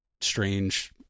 strange